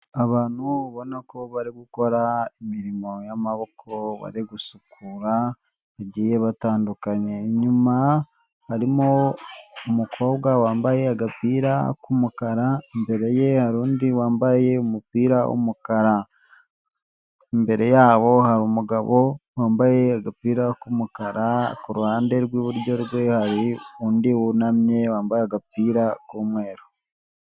Abantu ubona ko bari gukora imirimo y'amaboko bari gusukura bagihe batandukanye, inyuma harimo umukobwa wambaye agapira k'umukara, imbere yendi wambaye umupira w'umukara imbere yabo hari umugabo wambaye agapira k'umukara, ku ruhande rw'iburyo rwe hari undi wunamye wambaye agapira k'umweru.